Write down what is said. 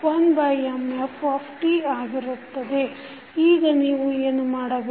ಈಗ ನೀವು ಏನು ಮಾಡಬೇಕು